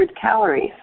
calories